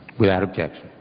without objection.